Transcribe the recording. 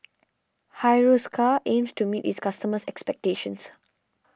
Hiruscar aims to meet its customers' expectations